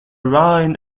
rhine